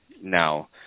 Now